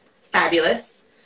fabulous